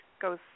goes